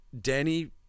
Danny